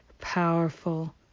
powerful